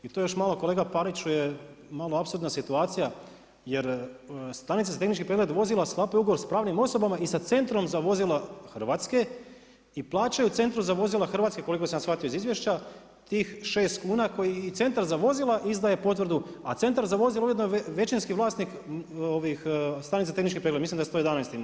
I to još malo kolega Pariću je malo apsurdna situacija jer Stanice za tehnički pregled vozila sklapaju ugovor s pravnim osobama i sa Centrom za vozila Hrvatske i plaćaju Centru za vozila Hrvatske koliko sam ja shvatio iz izvješća tih 6 kuna koji i Centar za vozila izdaje potvrdu, a Centar za vozila ujedno je većinski vlasnik Stanica za tehnički pregled, mislim da 111 ima